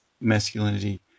masculinity